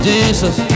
Jesus